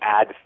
add